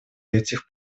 этих